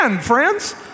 friends